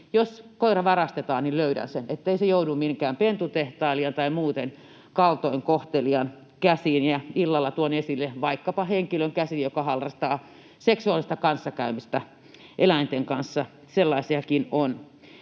jos koira varastetaan, niin löydän sen, ettei se joudu minnekään pentutehtailijan tai muuten kaltoin kohtelevan käsiin tai — illalla tuon esille tämän — vaikkapa henkilön käsiin, joka harrastaa seksuaalista kanssakäymistä eläinten kanssa, sellaisiakin on.